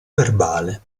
verbale